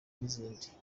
n’izindi